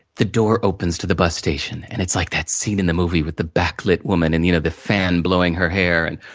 the door opens to the bus station, and it's like that scene in the movie, with the backlit woman, and you know the fan blowing her hair and.